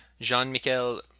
Jean-Michel